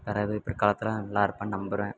பிறவு பிற்காலத்தில் நல்லா இருப்பேன்னு நம்புகிறேன்